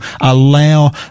allow